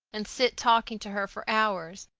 and sit talking to her for hours.